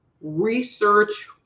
research